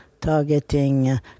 targeting